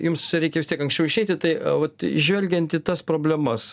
jums reikia vis tiek anksčiau išeiti tai vat žvelgiant į tas problemas